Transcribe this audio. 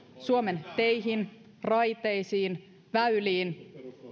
suomen teihin raiteisiin väyliin